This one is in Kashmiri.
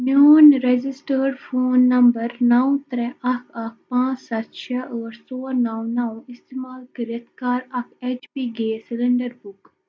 میون رجِسٹٲڈ فون نمبَر نَو ترٛےٚ اَکھ اَکھ پانٛژھ سَتھ شےٚ ٲٹھ ژور نَو نَو استعمال کٔرِتھ کَر اَکھ H P gas cylinder book